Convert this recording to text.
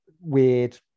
weird